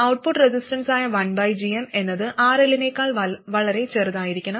output റെസിസ്റ്റൻസായ 1gmഎന്നത് RL നേക്കാൾ വളരെ ചെറുതായിരിക്കണം